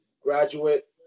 graduate